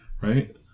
right